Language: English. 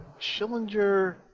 Schillinger